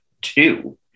two